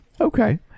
Okay